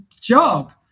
job